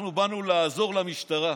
אנחנו באנו לעזור למשטרה.